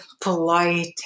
polite